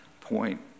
point